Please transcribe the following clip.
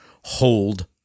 hold